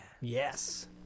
Yes